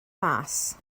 mas